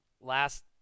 last